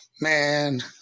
man